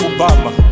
Obama